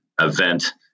event